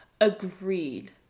Agreed